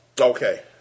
Okay